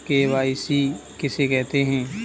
KYC किसे कहते हैं?